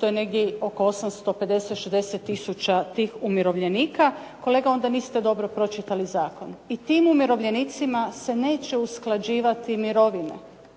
To je negdje oko 850, 860 tisuća tih umirovljenika. Kolega, onda niste dobro pročitali zakon i tim umirovljenicima se neće usklađivati mirovine.